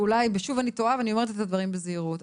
ואולי שוב אני טועה ואני אומרת את הדברים בזהירות,